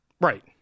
Right